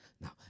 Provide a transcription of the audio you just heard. Now